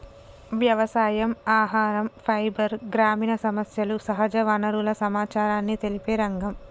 వ్యవసాయం, ఆహరం, ఫైబర్, గ్రామీణ సమస్యలు, సహజ వనరుల సమచారాన్ని తెలిపే రంగం